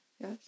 yes